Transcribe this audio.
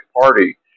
Party